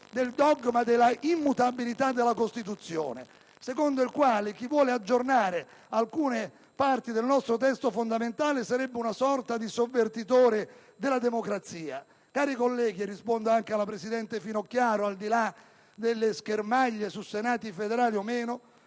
del dogma della immutabilità della Costituzione, secondo il quale chi vuole aggiornare alcune parti del nostro testo fondamentale sarebbe una sorta di sovvertitore della democrazia. Cari colleghi (e rispondo anche alla presidente Finocchiaro, al di là delle schermaglie su Senati federali o meno),